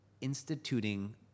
instituting